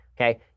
okay